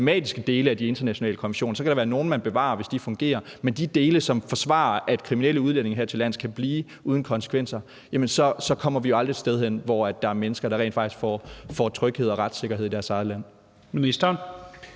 problematiske dele af de internationale konventioner – så kan der være nogle, man bevarer, hvis de fungerer – som forsvarer, at kriminelle udlændinge hertillands kan blive uden konsekvenser, så kommer vi jo aldrig et sted hen, hvor der er mennesker, der rent faktisk får tryghed og retssikkerhed i deres eget land. Kl.